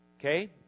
okay